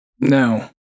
No